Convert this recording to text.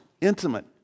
intimate